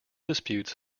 disputes